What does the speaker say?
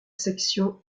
section